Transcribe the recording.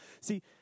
see